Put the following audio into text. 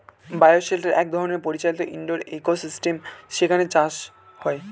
bio shelter এক ধরনের পরিচালিত ইন্ডোর ইকোসিস্টেম যেখানে চাষ হয়